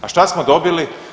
A šta smo dobili?